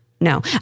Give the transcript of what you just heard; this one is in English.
No